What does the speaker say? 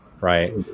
right